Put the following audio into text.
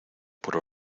por